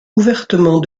ouvertement